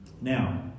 now